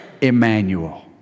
Emmanuel